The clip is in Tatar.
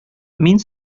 мин